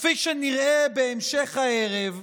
וכפי שנראה בהמשך הערב,